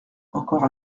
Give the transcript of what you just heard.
encore